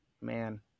Man